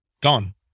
Gone